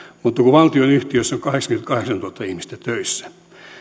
mutta kun valtionyhtiöissä on kahdeksankymmentäkahdeksantuhatta ihmistä töissä